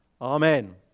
Amen